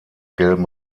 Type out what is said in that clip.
gelben